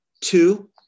two